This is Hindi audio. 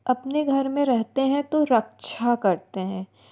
अपने घर में रहते हैं तो रक्षा करते हैं